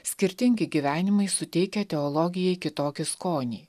skirtingi gyvenimai suteikia teologijai kitokį skonį